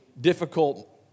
difficult